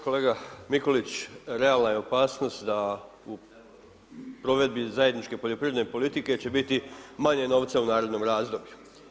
Kolega Mikulić, realna je opasnost da u provedbi zajedničke poljoprivredne politike će biti manje novca u narednom razdoblju.